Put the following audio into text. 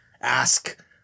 ask